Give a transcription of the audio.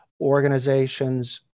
organizations